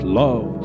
love